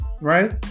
Right